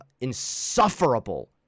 insufferable